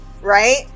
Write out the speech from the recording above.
right